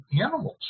animals